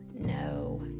No